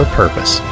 purpose